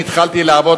אני התחלתי לעבוד,